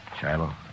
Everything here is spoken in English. Shiloh